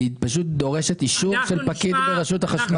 והיא פשוט דורשת אישור של פקיד ברשות החשמל.